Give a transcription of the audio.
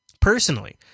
personally